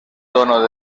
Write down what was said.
tono